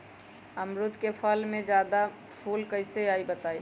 अमरुद क फल म जादा फूल कईसे आई बताई?